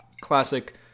classic